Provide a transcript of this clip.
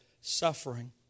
suffering